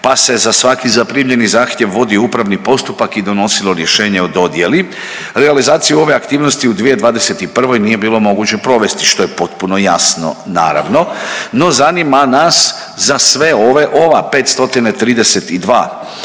pa se za svaki zaprimljeni zahtjev vodio upravni postupak i donosilo rješenje o dodjeli realizaciju ove aktivnosti u 2021. nije bilo moguće provesti što je postupno jasno, naravno. No, zanima nas za sve ove ova